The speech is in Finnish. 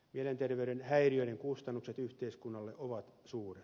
mielenterveyden häiriöiden kustannukset yhteiskunnalle ovat suuret